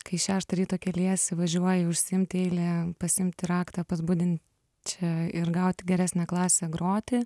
kai šeštą ryto keliesi važiuoji užsiimti eilę pasiimti raktą pas budin čią ir gaut geresnę klasę groti